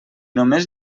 només